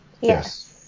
Yes